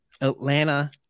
Atlanta